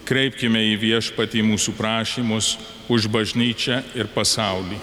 kreipkime į viešpatį mūsų prašymus už bažnyčią ir pasaulį